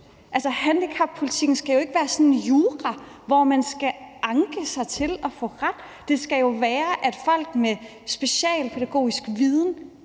Handicappolitikken skal jo ikke være sådan noget jura, hvor man skal anke sig til at få ret. Det skal jo være sådan, at folk med socialfaglig viden